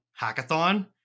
hackathon